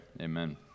amen